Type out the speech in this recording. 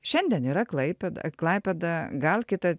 šiandien yra klaipėda klaipėda gal kitą